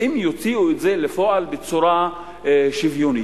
ואם יוציאו את זה לפועל בצורה שוויונית,